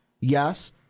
Yes